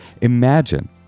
Imagine